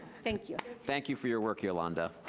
thank you. thank you for your work, yolanda.